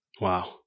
Wow